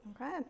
Okay